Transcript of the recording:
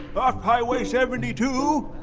but off highway seventy two?